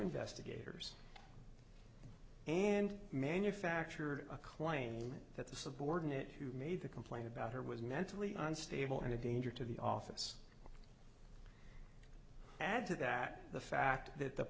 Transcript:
investigators and manufactured a claim that the subordinate who made the complaint about her was mentally unstable and a danger to the office add to that the fact that the